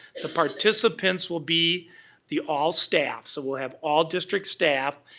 the participants will be the all staff, so we'll have all district staff.